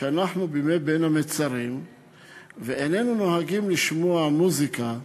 שאנחנו בימי בין המצרים ואיננו נוהגים לשמוע מוזיקה,